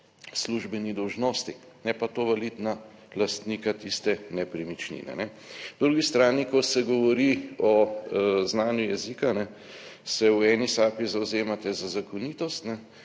službeni dolžnosti, ne pa to valiti na lastnika tiste nepremičnine. Po drugi strani, ko se govori o znanju jezika, se v eni sapi zavzemate za zakonitost,